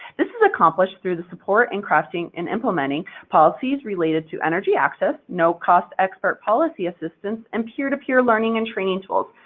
this is accomplished through the support and crafting and implementing policies related to energy access, no-cost expert policy assistance, and peer-to-peer learning and training tools,